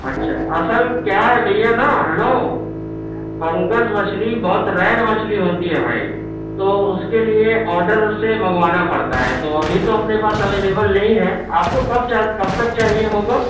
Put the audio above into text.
اچھا اصل کیا ہے بھیا نا ہیلو پنگس مچھلی بہت ریئر مچھلی ہوتی ہے بھائی تو اس کے لیے آڈر سے منگوانا پڑتا ہے تو ابھی تو اپنے پاس اویلیبل نہیں ہے آپ کو کب چاہ کب تک چاہیے ہوگا